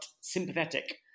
sympathetic